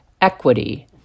equity